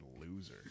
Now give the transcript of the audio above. loser